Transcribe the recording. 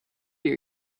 your